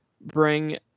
bring